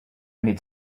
need